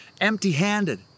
empty-handed